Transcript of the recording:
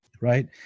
right